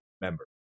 member